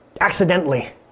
accidentally